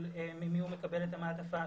ממי הוא מקבל את המעטפה,